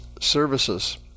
services